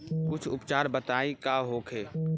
कुछ उपचार बताई का होखे?